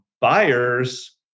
buyers